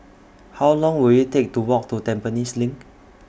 How Long Will IT Take to Walk to Tampines LINK